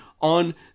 on